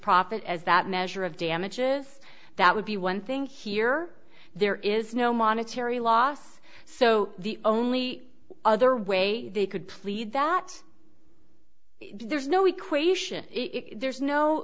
profit as that measure of damages that would be one thing here there is no monetary loss so the only other way they could plead that there's no equation there's no